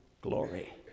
glory